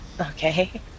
Okay